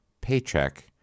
paycheck